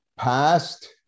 Past